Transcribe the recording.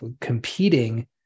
competing